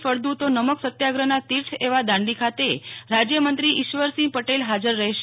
ફળદુ તો નમક સત્યાગ્રહના તીર્થ એવા દાંડી ખાતે રાજ્યમંત્રી ઇશ્વરસિંહ પટેલ હાજર રહેશે